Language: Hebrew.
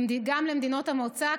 גם למדינות המוצא,